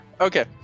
Okay